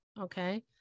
Okay